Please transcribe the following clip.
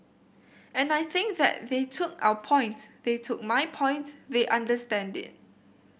and I think that they took our point they took my point they understand it